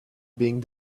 being